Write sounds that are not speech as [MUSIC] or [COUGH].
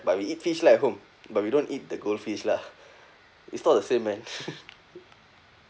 but we eat fish lah at home but we don't eat the goldfish lah [LAUGHS] it's not the same man [LAUGHS]